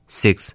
six